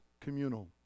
communal